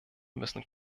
müssen